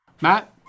Matt